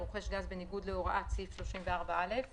הרוכש גז בניגוד להוראת סעיף 34(א);